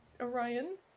Orion